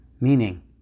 Meaning